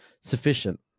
sufficient